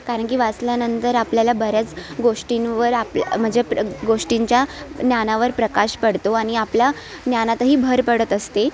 कारण की वाचल्यानंतर आपल्याला बऱ्याच गोष्टींवर आपल्या म्हणजे प्र गोष्टींच्या ज्ञानावर प्रकाश पडतो आणि आपल्या ज्ञानातही भर पडत असते